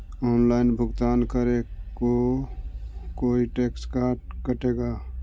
Online भुगतान करे को कोई टैक्स का कटेगा?